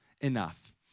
Enough